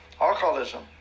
alcoholism